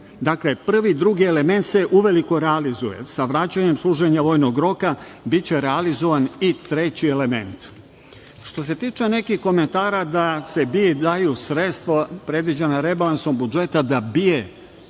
Dakle, prvi i drugi element se uveliko realizuje sa vraćanjem na služenjem vojnog roka, biće realizovan i treći element. Što se tiče nekih komentara da se BIA, daju sredstva predviđena budžetom da bije